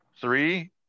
Three